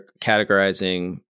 categorizing